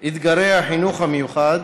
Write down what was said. אתגרי החינוך המיוחד,